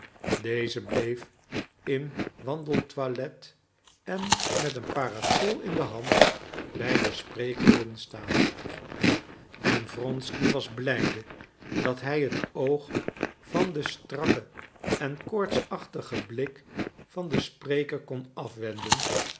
deze bleef in wandeltoilet en met een parasol in de hand bij de sprekenden staan en wronsky was blijde dat hij het oog van den strakken en koortsachtigen blik van den spreker kon afwenden